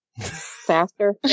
faster